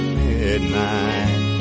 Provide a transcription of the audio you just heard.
midnight